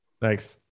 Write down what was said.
Thanks